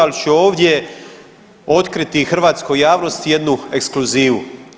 Ali ću ovdje otkriti hrvatskoj javnosti jednu ekskluzivu.